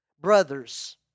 Brothers